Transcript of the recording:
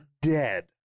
dead